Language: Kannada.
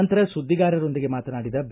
ನಂತರ ಸುದ್ದಿಗಾರರೊಂದಿಗೆ ಮಾತನಾಡಿದ ಬಿ